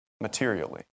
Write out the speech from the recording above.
materially